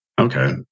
Okay